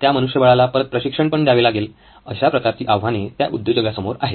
त्या मनुष्यबळाला परत प्रशिक्षण पण द्यावे लागेल अशा प्रकारची आव्हाने त्या उद्योजकासमोर आहेत